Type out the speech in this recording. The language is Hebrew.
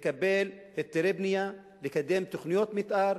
לקבל היתרי בנייה, לקדם תוכניות מיתאר.